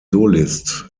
solist